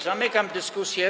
Zamykam dyskusję.